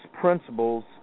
principles